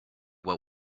what